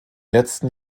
letzten